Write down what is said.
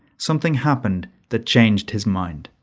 something happened that changed his mind.